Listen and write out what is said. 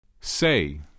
Say